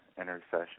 intercession